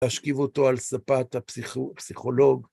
להשכיב אותו על ספת הפסיכולוג.